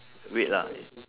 weight lah